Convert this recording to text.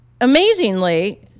amazingly